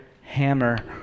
hammer